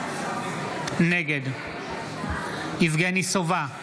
נגד יבגני סובה,